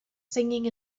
singing